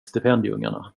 stipendieungarna